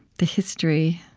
the history